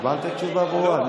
קיבלת תשובה ברורה.